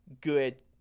good